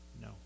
no